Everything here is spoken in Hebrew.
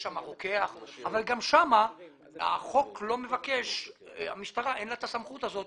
יש שם רוקח אבל גם שם למשטרה אין את הסמכות הזאת